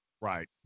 Right